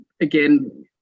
Again